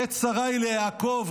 "עת צרה היא ליעקב",